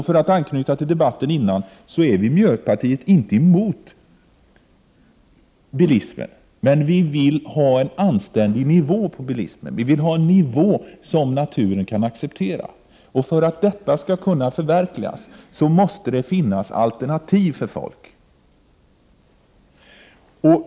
För att anknyta till den tidigare debatten här i dag vill jag säga att miljöpartiet inte är emot bilismen. Men vi vill ha en anständig nivå på bilismen, en nivå som naturen kan acceptera. För att detta skall kunna förverkligas måste det finnas alternativ till biltrafiken.